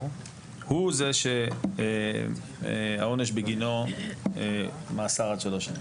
הוא זה שהעונש בגינו מאסר עד שלוש שנים,